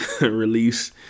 release